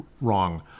wrong